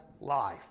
life